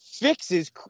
Fixes